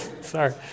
Sorry